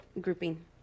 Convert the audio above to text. grouping